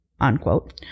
unquote